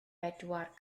bedwar